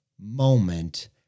moment